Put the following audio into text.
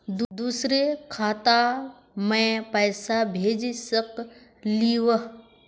दुसरे खाता मैं पैसा भेज सकलीवह?